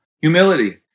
Humility